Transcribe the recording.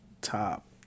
top